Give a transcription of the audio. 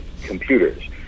computers